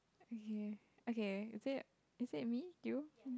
okay okay is that is that me you